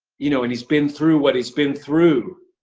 you know, and he's been through what he's been through,